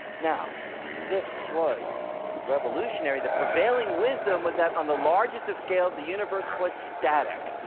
now this was revolutionary. the prevailing wisdom was that on the largest of scales the universe was static.